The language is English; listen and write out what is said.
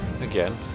again